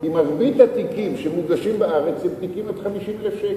כי מרבית התיקים שמוגשים בארץ הם תיקים עד 50,000 שקל.